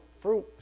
fruit